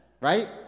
right